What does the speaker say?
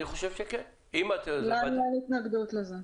לנו אין התנגדות לזה.